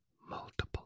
multiple